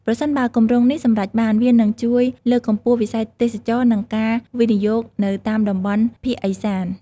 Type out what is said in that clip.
ប្រសិនបើគម្រោងនេះសម្រេចបាន វានឹងជួយលើកកម្ពស់វិស័យទេសចរណ៍និងការវិនិយោគនៅតាមតំបន់ភាគឦសាន។